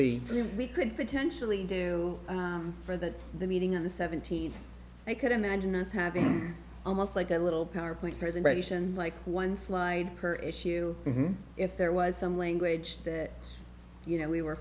room we could potentially do for that the meeting on the seventeenth i could imagine us having almost like a little powerpoint presentation like one slide per issue if there was some language that you know we were